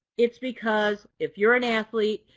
it's because if you're an athlete,